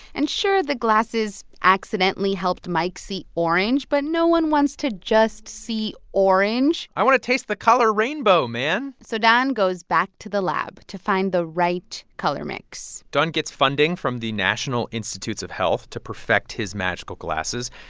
and sure, the glasses accidentally helped mike see orange, but no one wants to just see orange i want to taste the color rainbow, man so don goes back to the lab to find the right color mix don gets funding from the national institutes of health to perfect his magical glasses.